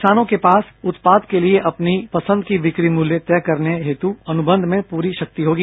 किसानों के पास उत्पाद के लिये अपनी पसन्द की बिक्री मूल्य तय करने हेतु अनुबन्ध में पूरी शक्ति होगी